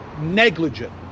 negligent